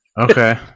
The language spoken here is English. Okay